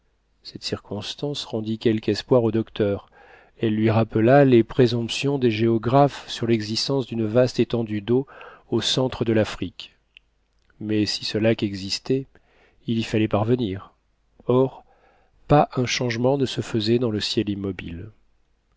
cette circonstance rendit quelque espoir au docteur elle lui rappela les présomptions des géographes sur l'existence d'une vaste étendue d'eau au centre de l'afrique mais si ce lac existait il y fallait parvenir or pas un changement ne se faisait dans le ciel